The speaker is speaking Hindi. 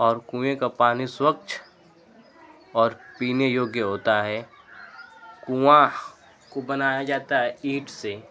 और कुएँ का पानी स्वच्छ और पीने योग्य होता है कुआँ को बनाया जाता है ईंट से